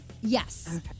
Yes